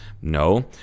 no